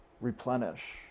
replenish